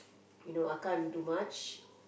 you know I can't do much